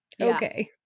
Okay